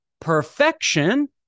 perfection